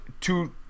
two